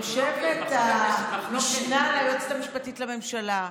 איך יושבת המשנה ליועצת המשפטית לממשלה,